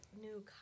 new